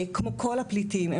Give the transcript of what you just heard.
כמו כל הפליטים,